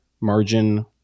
margin